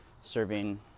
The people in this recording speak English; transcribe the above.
serving